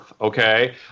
okay